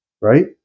right